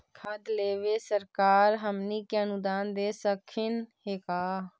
खाद लेबे सरकार हमनी के अनुदान दे सकखिन हे का?